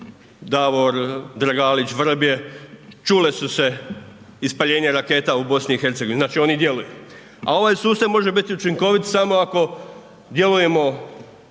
Davor, Dragalić, Vrbje, čula su se ispaljenja raketa u BiH-u, znači oni djeluju a ovaj sustav može biti učinkovit samo ako djelujemo